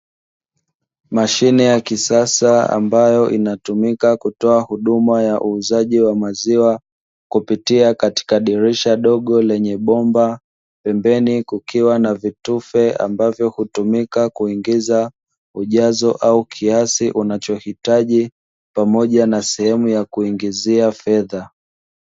Mashine ya kisasa ambayo inatumika kutoa huduma ya uuzaji wa maziwa, kupitia katika dirisha dogo lenye bomba, pembeni kukiwa na vitufe ambavyo hutumika kuingiza ujazo au kiasi unachohitaji, pamoja na sehemu ya kuingizia fedha.